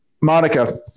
Monica